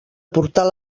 portar